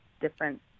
different